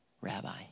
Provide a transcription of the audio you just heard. Rabbi